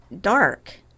dark